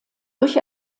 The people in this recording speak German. durch